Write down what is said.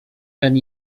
ten